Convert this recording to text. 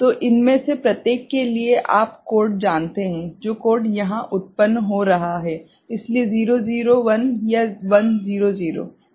तो इनमें से प्रत्येक के लिए आप कोड जानते हैं जो कोड यहां उत्पन्न हो रहा है इसलिए 001 या 100 ठीक है